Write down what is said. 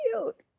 cute